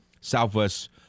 Southwest